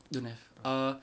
don't have err